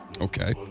Okay